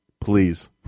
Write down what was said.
Please